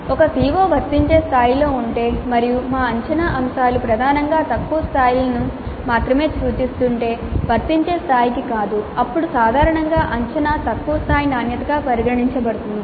ఒక CO వర్తించే స్థాయిలో ఉంటే మరియు మా అంచనా అంశాలు ప్రధానంగా తక్కువ స్థాయిలను మాత్రమే సూచిస్తుంటే వర్తించే స్థాయికి కాదు అప్పుడు సాధారణంగా అంచనా తక్కువస్థాయి నాణ్యతగా పరిగణించబడుతుంది